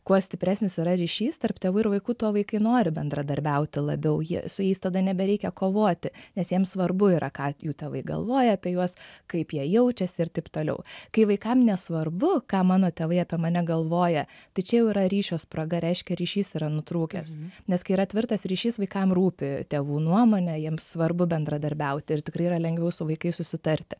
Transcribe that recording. kuo stipresnis yra ryšys tarp tėvų ir vaikų tuo vaikai nori bendradarbiauti labiau jie su jais tada nebereikia kovoti nes jiems svarbu yra kad jų tėvai galvoja apie juos kaip jie jaučiasi ir taip toliau kai vaikam nesvarbu ką mano tėvai apie mane galvoja tai čia jau yra ryšio spraga reiškia ryšys yra nutrūkęs nes kai yra tvirtas ryšys vaikam rūpi tėvų nuomonė jiems svarbu bendradarbiauti ir tikrai yra lengviau su vaikais susitarti